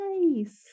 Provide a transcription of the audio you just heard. nice